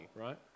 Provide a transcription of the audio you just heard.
right